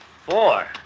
Four